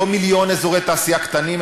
לא מיליון אזורי תעשייה קטנים,